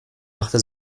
machte